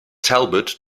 talbot